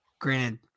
Granted